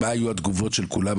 ולכן,